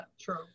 true